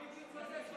מיקי צודק.